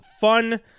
fun